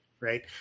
right